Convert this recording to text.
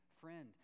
friend